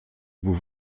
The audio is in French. vous